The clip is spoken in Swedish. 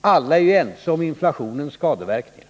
Alla är ju ense om inflationens skadeverkningar.